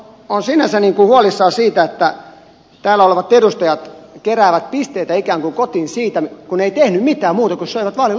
olen sinänsä huolissani siitä että täällä olevat edustajat keräävät pisteitä ikään kuin kotiin siitä kun he eivät tehneet mitään muuta kuin söivät vaalilupauksensa